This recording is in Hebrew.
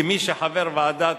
כמי שחבר בוועדת